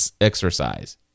exercise